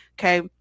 okay